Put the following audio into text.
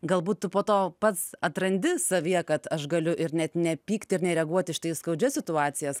galbūt tu po to pats atrandi savyje kad aš galiu ir net nepykti ir nereaguoti į štai skaudžias situacijas